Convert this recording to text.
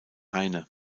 heine